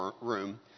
room